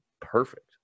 perfect